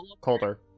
colder